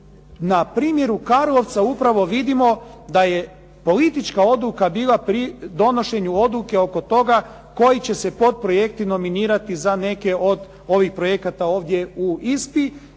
Na primjeru Karlovca upravo vidimo da je politička odluka bila pri donošenju odluke oko toga koji će se podprojekti nominirati za neke od ovih projekata ovdje u ISPA-i